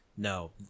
No